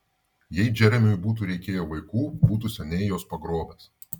jei džeremiui būtų reikėję vaikų būtų seniai juos pagrobęs